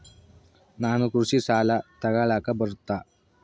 ನಾನು ಕೃಷಿ ಸಾಲ ತಗಳಕ ಬರುತ್ತಾ?